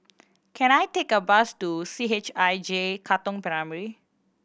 can I take a bus to C H I J Katong Primary